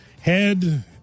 head